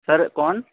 سر کون